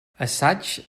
assaigs